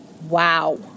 Wow